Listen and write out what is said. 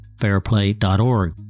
fairplay.org